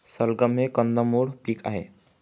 सलगम हे कंदमुळ पीक आहे